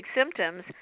symptoms